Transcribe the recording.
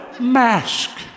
mask